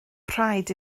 rhaid